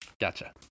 gotcha